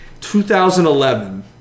2011